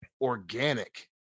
organic